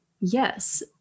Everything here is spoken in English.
Yes